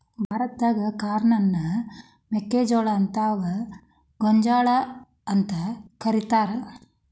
ಭಾರತಾದಾಗ ಕಾರ್ನ್ ಅನ್ನ ಮೆಕ್ಕಿಜೋಳ ಅತ್ವಾ ಗೋಂಜಾಳ ಅಂತ ಕರೇತಾರ